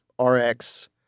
RX